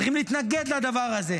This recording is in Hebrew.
צריכים להתנגד לדבר הזה.